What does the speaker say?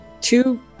Two